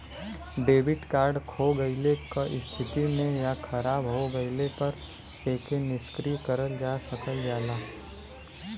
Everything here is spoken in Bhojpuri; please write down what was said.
डेबिट कार्ड खो गइले क स्थिति में या खराब हो गइले पर एके निष्क्रिय करल जा सकल जाला